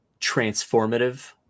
transformative